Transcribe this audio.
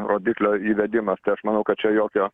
rodiklio įvedimas tai aš manau kad čia jokio